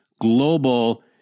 global